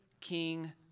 king